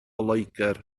loegr